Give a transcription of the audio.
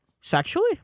sexually